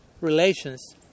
relations